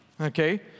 Okay